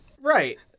Right